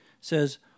says